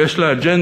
ויש לה אג'נדה.